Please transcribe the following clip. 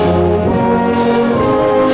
or